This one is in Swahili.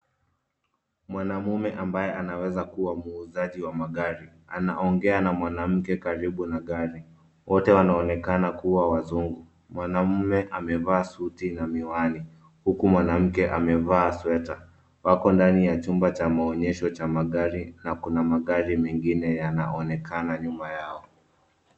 Mwanamume ambaye anaweza kuwa muuzaji wa magari. Anaongea na mwanamke karibu na gari. Wote wanaonekana kuwa wazungu. Mwanamume amevaa suti na miwani huku mwanamke amevaa sweta. Wako ndani ya chumba cha maonyesho cha magari na kuna magari mengine yanaonekana nyuma yao.